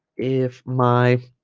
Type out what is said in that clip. if my